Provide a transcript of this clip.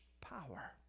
power